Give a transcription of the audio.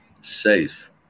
safe